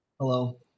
Hello